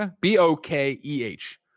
B-O-K-E-H